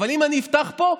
אבל אם אני אפתח פה,